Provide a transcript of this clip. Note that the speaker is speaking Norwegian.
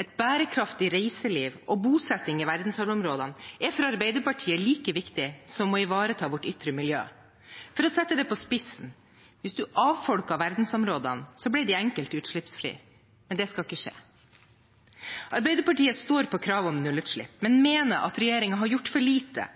Et bærekraftig reiseliv og bosetting i verdensarvområdene er for Arbeiderpartiet like viktig som å ivareta vårt ytre miljø. For å sette det på spissen: Hvis vi avfolker verdensarvområdene, blir de enkelt utslippsfrie. Men det skal ikke skje. Arbeiderpartiet står på kravet om nullutslipp, men mener at regjeringen i etterkant av vedtaket i Stortinget i 2017 har gjort for lite